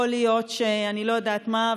יכול להיות שאני לא יודעת מה,